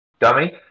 Dummy